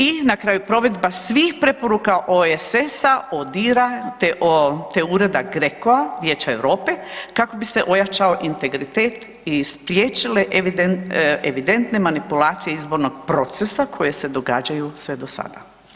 I na kraju provedba svih preporuka OSS-a te ureda GRECO-a Vijeća Europe kako bi se ojačao integritet i spriječile evidentne manipulacije izbornog procesa koje se događaju sve do sada.